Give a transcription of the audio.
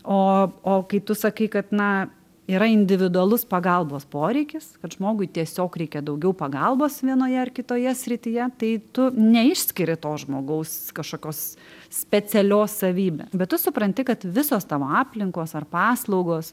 o o kai tu sakai kad na yra individualus pagalbos poreikis kad žmogui tiesiog reikia daugiau pagalbos vienoje ar kitoje srityje tai tu neišskiri to žmogaus kašokios specialios savybę bet tu supranti kad visos tavo aplinkos ar paslaugos